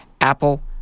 Apple